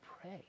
pray